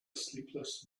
sleepless